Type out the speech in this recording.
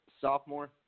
Sophomore